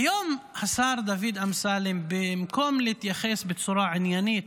והיום השר דוד אמסלם, במקום להתייחס בצורה עניינית